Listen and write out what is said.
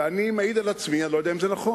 ואני מעיד על עצמי, אני לא יודע אם זה נכון,